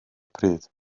pryd